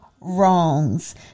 wrongs